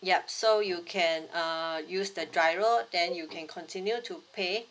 yup so you can uh use the G_I_R_O then you can continue to pay